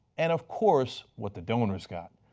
and of course what the donors got.